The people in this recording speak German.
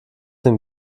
den